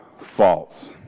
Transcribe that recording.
false